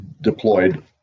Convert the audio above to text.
deployed